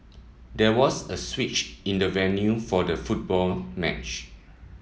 there was a switch in the venue for the football match